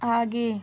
आगे